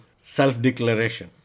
self-declaration